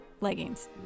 leggings